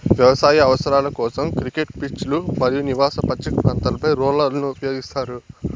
వ్యవసాయ అవసరాల కోసం, క్రికెట్ పిచ్లు మరియు నివాస పచ్చిక ప్రాంతాలపై రోలర్లను ఉపయోగిస్తారు